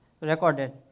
recorded